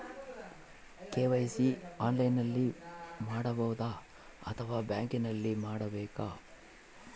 KYC ಆನ್ಲೈನಲ್ಲಿ ಮಾಡಬಹುದಾ ಅಥವಾ ಬ್ಯಾಂಕಿನಲ್ಲಿ ಮಾಡ್ಬೇಕಾ?